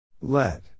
Let